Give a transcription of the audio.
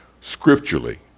scripturally